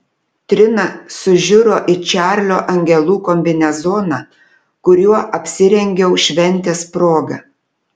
trina sužiuro į čarlio angelų kombinezoną kuriuo apsirengiau šventės proga